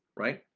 right?